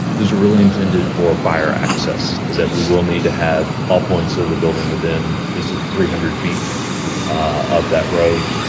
those are really intended for fire access is that we will need to have all points of the building within it's up to three hundred feet of that road